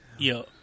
Yo